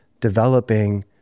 developing